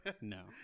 No